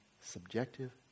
subjective